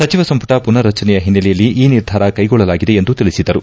ಸಚಿವ ಸಂಪುಟ ಪುನರ್ರಚನೆಯ ಹಿನ್ನೆಲೆಯಲ್ಲಿ ಈ ನಿರ್ಧಾರ ಕೈಗೊಳ್ಳಲಾಗಿದೆ ಎಂದು ತಿಳಿಸಿದರು